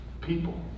people